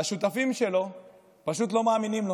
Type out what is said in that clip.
והשותפים שלו פשוט לא מאמינים לו.